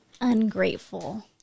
ungrateful